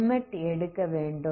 limit எடுக்க வேண்டும்